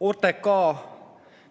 OTRK,